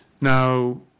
Now